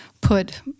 put